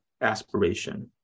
aspiration